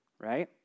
right